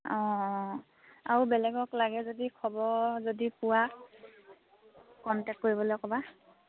অঁ অঁ আৰু বেলেগক লাগে যদি খবৰ যদি পোৱা কণ্টেক্ট কৰিবলৈ ক'বা